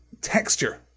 texture